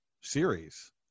series